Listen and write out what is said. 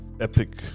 epic